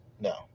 No